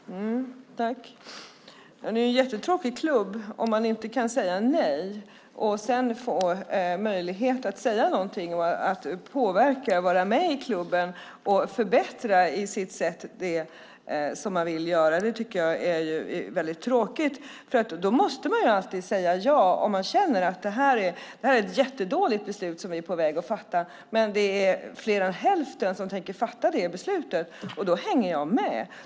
Herr talman! Det är en jättetråkig klubb om man inte kan säga nej och sedan få möjlighet att säga något, påverka och vara med i klubben och förbättra det som man vill göra. Det tycker jag är väldigt tråkigt. Då måste man alltid säga ja om man känner att det är ett jättedåligt beslut som man är på väg att fatta men det är fler än hälften som tänker fatta det beslutet. Då hänger man med.